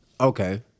Okay